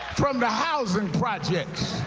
from the housing projects,